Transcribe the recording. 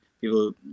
people